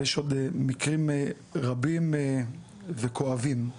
ויש עוד מקרים רבים וכואבים.